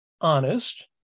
honest